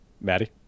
Maddie